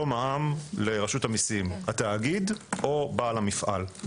מע"מ לרשות המיסים: התאגיד או בעל המפעל.